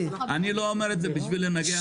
אני לא אומר את זה בשביל לנגח.